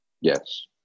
Yes